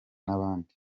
n’abandi